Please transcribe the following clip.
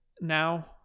now